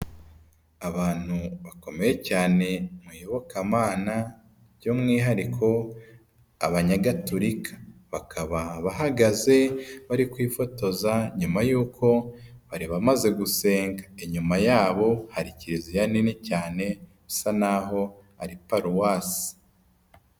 Abantu bakomeye cyane mu iyobokamana by'umwihariko abanyagaturika. Bakaba bahagaze bari kwifotoza nyuma y'uko bari bamaze gusenga. Inyuma yabo hari Kiriziya nini cyane bisa naho ari paruwasi.